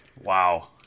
Wow